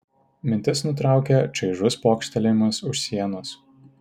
mintis nutraukė čaižus pokštelėjimas už sienos